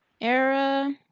Era